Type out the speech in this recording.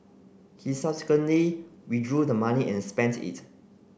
he subsequently withdrew the money and spent it